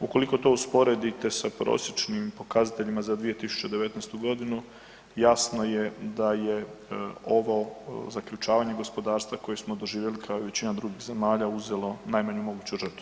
Ukoliko to usporedite sa prosječnim pokazateljima za 2019. godinu, jasno je da je ovo zaključavanje gospodarstva koje smo doživjeli kao i većina drugih zemalja uzelo najmanju moguću žrtvu.